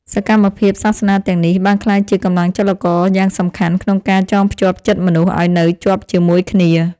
សកម្មភាពសាសនាទាំងនេះ បានក្លាយជាកម្លាំងចលករយ៉ាងសំខាន់ក្នុងការចងភ្ជាប់ចិត្តមនុស្សឱ្យនៅជាប់ជាមួយគ្នា។